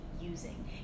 using